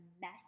mess